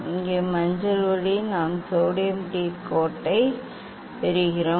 இங்கே மஞ்சள் ஒளி நாம் சோடியம் டி கோட்டைப் பெறுகிறோம்